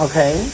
Okay